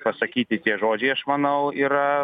pasakyti tie žodžiai aš manau yra